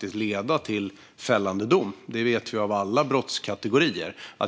leder till fällande dom. Det vet vi för alla brottskategorier.